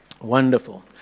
Wonderful